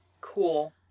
Cool